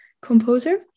composer